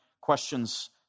questions